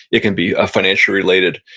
it can be financial related.